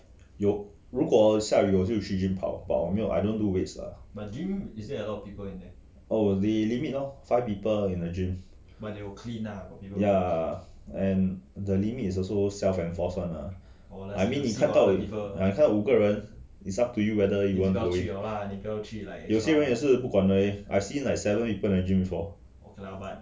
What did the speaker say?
有如果下雨我就去 gym 跑 oh but I don't do weights lah oh they limit lor five people in a gym ya and the limit is also self enforce one lah I mean 你看到五个人 is up to you whether you want to 有些人也是不管的 I see like seven people in the gym before